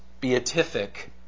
beatific